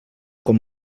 com